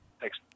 Thanks